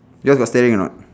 your got steering or not